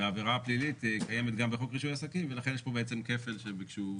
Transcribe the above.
והעבירה הפלילית קיימת גם בחוק רישוי עסקים ולכן יש פה בעצם כפל שביקשו